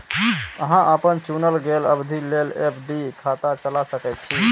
अहां अपन चुनल गेल अवधि लेल एफ.डी खाता चला सकै छी